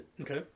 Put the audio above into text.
Okay